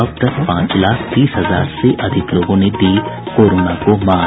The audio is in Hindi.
अब तक पांच लाख तीस हजार से अधिक लोगों ने दी कोरोना को मात